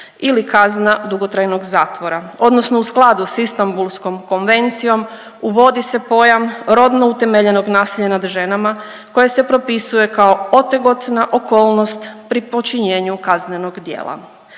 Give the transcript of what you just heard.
ili kazna dugotrajnog zatvora odnosno u skladu s Istambulskom konvencijom uvodi se pojam rodno utemeljenog nasilja nad ženama koje se propisuje kao otegotna okolnost pri počinjenju kaznenog djela.